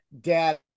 data